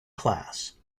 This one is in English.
class